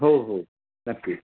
हो हो नक्की